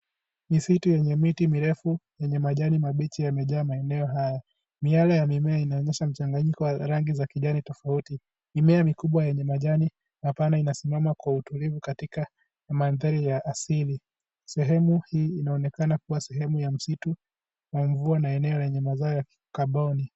Misitu yenye miti mirefu yenye majani mabichi yamejaa maeneo haya. Miale ya mimea inaonyesha mchanganyiko wa rangi za kijani tofauti. Mimea mikubwa yenye majani mapana inasimama kwa utulivu katika mandhari ya asili. Sehemu hii inaonekana kuwa sehemu ya msitu, na mvua na eneo lenye mazao ya kaboni.